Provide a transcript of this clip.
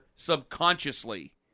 subconsciously